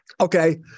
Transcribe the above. Okay